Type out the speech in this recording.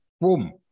boom